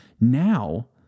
Now